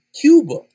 Cuba